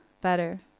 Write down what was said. better